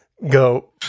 Go